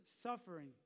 Suffering